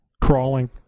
crawling